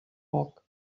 poc